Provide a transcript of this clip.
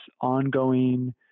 ongoing